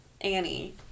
Annie